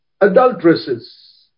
adulteresses